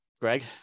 greg